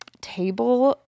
table